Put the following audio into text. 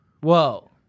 Whoa